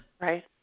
Right